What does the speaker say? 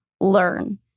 learn